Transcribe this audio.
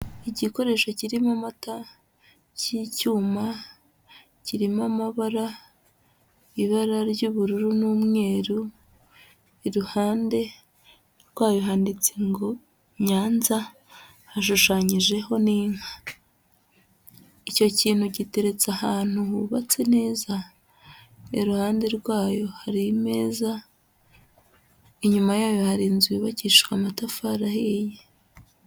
Igikoresho kirimo amata cy'icyuma kirimo amabara, ibara ry'ubururu n'umweru, iruhande rwayo handitse ngo Nyanza, hashushanyijeho n'inka. Icyo kintu giteretse ahantu hubatse neza, iruhande rwayo hari imeza, inyuma yayo hari inzu yubakishijwe amatafari ahiye.